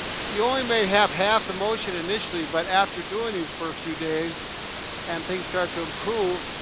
you only may have half the motion initially but after doing these for a few days and things start to improve,